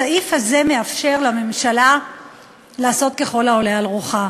הסעיף הזה מאפשר לממשלה לעשות ככל העולה על רוחה.